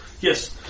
Yes